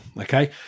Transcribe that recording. Okay